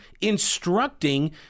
instructing